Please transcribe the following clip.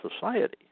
society